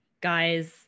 guys